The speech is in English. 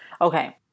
Okay